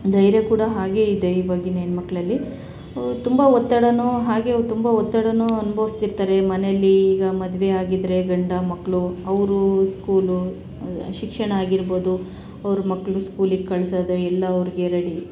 ಧೈರ್ಯ ಕೂಡ ಹಾಗೇ ಇದೆ ಇವಾಗಿನ ಹೆಣ್ಣುಮಕ್ಳಲ್ಲಿ ತುಂಬ ಒತ್ತಡನೂ ಹಾಗೇ ತುಂಬ ಒತ್ತಡನೂ ಅನುಭವ್ಸ್ತಿರ್ತಾರೆ ಮನೆಯಲ್ಲಿ ಈಗ ಮದುವೆ ಆಗಿದ್ದರೆ ಗಂಡ ಮಕ್ಕಳು ಅವ್ರ ಸ್ಕೂಲು ಶಿಕ್ಷಣ ಆಗಿರ್ಬೋದು ಅವ್ರ ಮಕ್ಕಳು ಸ್ಕೂಲಿಗೆ ಕಳ್ಸೋದು ಎಲ್ಲ ಅವ್ರಿಗೆ ರೆಡಿ